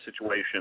situation –